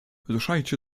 ruszajcie